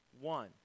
one